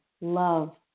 love